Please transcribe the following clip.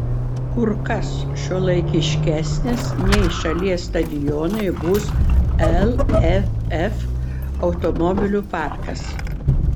kur kas šiuolaikiškesnis nei šalies stadionai bus lff automobilių parkas